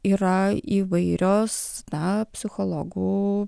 yra įvairios na psichologų